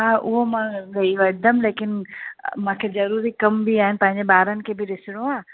हा उहो मां ॾेई वठंदमि लेकिन मूंखे ज़रूरी कम बि आहे पंहिंजे ॿारनि खे बि ॾिसणो आहे